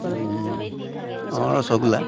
অঁ ৰসগোল্লা